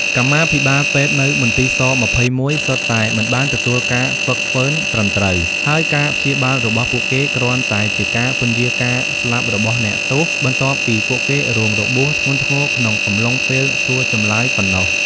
កម្មាភិបាលពេទ្យនៅមន្ទីរស-២១ សុទ្ធតែមិនបានទទួលការហ្វឹកហ្វឺនត្រឹមត្រូវ ហើយការព្យាបាលរបស់ពួកគេគ្រាន់តែជាការពន្យារការស្លាប់របស់អ្នកទោស បន្ទាប់ពីពួកគេរងរបួសធ្ងន់ធ្ងរក្នុងអំឡុងពេលសួរចម្លើយប៉ុណ្ណោះ។